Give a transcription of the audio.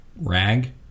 rag